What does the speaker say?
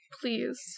Please